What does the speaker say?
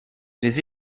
les